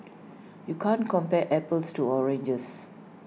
you can't compare apples to oranges